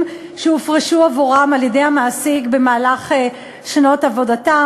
שהופרשו עבורם על-ידי המעסיק בשנות עבודתם,